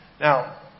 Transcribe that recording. Now